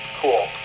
cool